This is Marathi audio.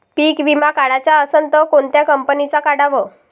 पीक विमा काढाचा असन त कोनत्या कंपनीचा काढाव?